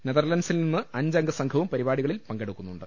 നെതർലന്റ് സിൽ നിന്ന് അഞ്ചംഗ സംഘവും പരിപാടികളിൽ പങ്കെടുക്കുന്നുണ്ട്